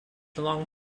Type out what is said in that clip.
long